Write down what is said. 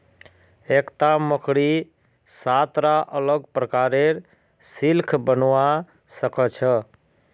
एकता मकड़ी सात रा अलग प्रकारेर सिल्क बनव्वा स ख छ